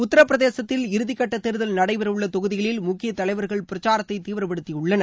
உத்தரப்பிரதேசத்தில் இறுதி கட்ட தேர்தல் நடைபெற உள்ள தொகுதிகளில் முக்கிய தலைவர்கள் பிரச்சாரத்தை தீவிரப்படுத்தியுள்ளனர்